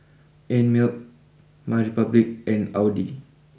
Einmilk my Republic and Audi